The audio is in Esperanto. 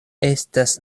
estas